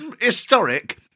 historic